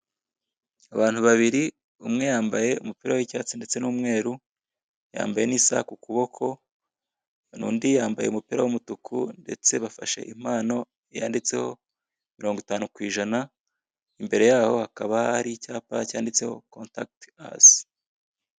Abantu babiri; umwe yambaye umupira y'icyatsi ndetse n'umweru, yambaye n'isaha ku kaboko, n'undi yambaye umupira w'umutuku, ndetse bafashe impano yanditseho mirongo itanu ku ijana, imbere y'aho hakaba hari icyapa cyanditseho contact us.